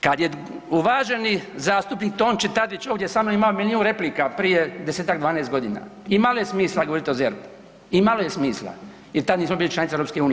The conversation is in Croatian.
Kad je uvaženi zastupnik Tonči Tadić ovdje sa mnom imao milijun replika prije desetak, dvanaest godina imalo je smisla govoriti o ZERP-u, imalo je smisla jer tad nismo bili članica EU.